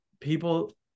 people